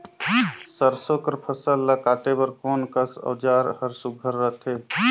सरसो कर फसल ला काटे बर कोन कस औजार हर सुघ्घर रथे?